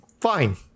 Fine